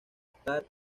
estar